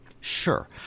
Sure